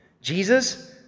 Jesus